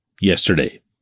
yesterday